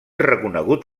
reconegut